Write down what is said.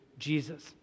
Jesus